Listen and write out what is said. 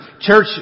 church